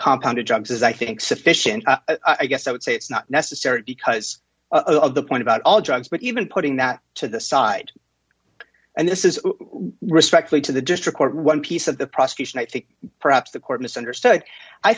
compound of drugs is i think sufficient i guess i would say it's not necessary because of the point about all drugs but even putting that to the side and this is respectfully to the district court one piece of the prosecution i think perhaps the court misunderstood i